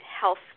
health